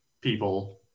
people